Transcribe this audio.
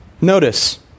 Notice